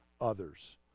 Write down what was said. others